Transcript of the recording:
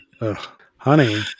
Honey